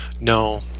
No